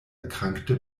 erkrankte